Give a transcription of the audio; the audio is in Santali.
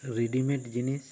ᱨᱮᱰᱤᱢᱮᱰ ᱡᱤᱱᱤᱥ ᱥᱮ